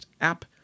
app